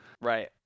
right